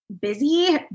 busy